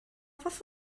fath